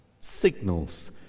signals